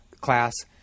class